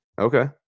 Okay